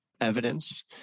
evidence